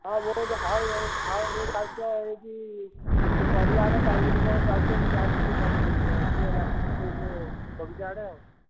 ହଁ ମୁଁ ଯା ଆଉ ଏ ଆଉ ମୁଁ ଯାଉଛି ଏଇଠି ସେ ପରିବା ଆଡ଼େ ଯାଇକି ଯିବ ମୁଁ ଯାଉଛି ମୁଁ ଯାଉଛୁ ସେ ଟିକେ ମାର୍କେଟ୍ ସେ ଯୋଉ ବଗିଚା ଆଡ଼େ ଆଉ